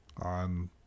on